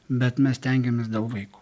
bet mes stengiamės dėl vaiko